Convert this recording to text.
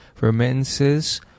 remittances